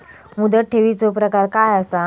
मुदत ठेवीचो प्रकार काय असा?